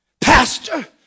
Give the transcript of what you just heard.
pastor